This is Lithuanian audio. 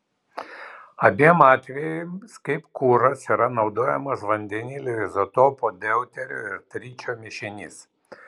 abiem atvejais kaip kuras yra naudojamas vandenilio izotopų deuterio ir tričio mišinys